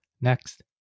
Next